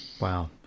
Wow